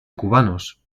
cubanos